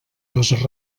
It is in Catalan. les